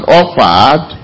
offered